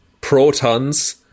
protons